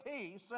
peace